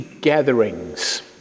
gatherings